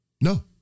No